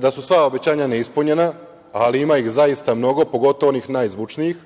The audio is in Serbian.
da su sva obećanja ne ispunjena, ali ima ih zaista mnogo, pogotovo onih najzvučnijih.